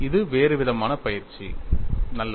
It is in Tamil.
அது வேறுவிதமான பயிற்சி நல்லது